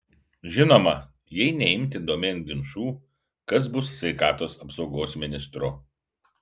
žinoma jei neimti domėn ginčų kas bus sveikatos apsaugos ministru